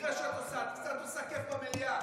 במקרה שאת עושה, את קצת עושה כיף במליאה.